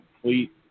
complete